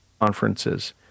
conferences